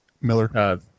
Miller